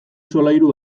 solairu